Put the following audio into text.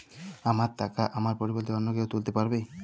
আমার টাকা আমার পরিবর্তে অন্য কেউ তুলতে পারবে?